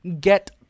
get